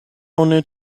oni